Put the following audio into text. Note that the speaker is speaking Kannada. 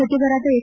ಸಚಿವರಾದ ಎಚ್